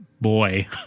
boy